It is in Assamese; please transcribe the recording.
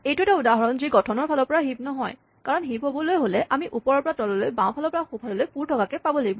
এইটো এটা উদাহৰণ যি গঠনৰ ফালৰ পৰা হিপ নহয় কাৰণ হিপ হ'বলৈ হ'লে আমি ওপৰৰ পৰা তললৈ বাওঁফালৰ পৰা সোঁফাললৈ পুৰা হৈ থকাকে পাব লাগিব